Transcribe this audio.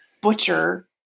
butcher